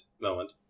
moment